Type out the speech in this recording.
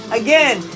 again